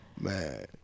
Man